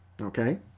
Okay